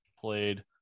played